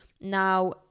Now